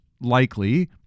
likely